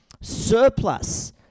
surplus